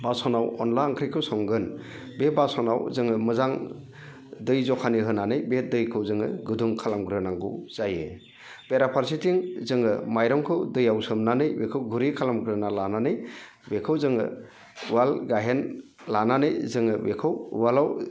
बासोनाव अनला ओंख्रिखौ संगोन बे बासोनाव जोङो मोजां दै जखानि होनानै बे दैखौ जोङो गुदुं खालामग्रोनांगौ जायो बेराफारसेथिं जोङो माइरंखौ दैयाव सोमनानै बेखौ गुरै खालामग्रोना लानानै बेखौ जोङो उवाल गायहेन लानानै जोङो बेखौ उवालाव